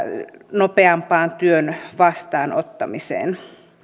nopeampaan työn vastaanottamiseen